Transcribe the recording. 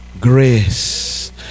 Grace